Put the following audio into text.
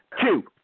two